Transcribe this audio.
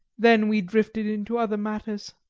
then we drifted into other matters.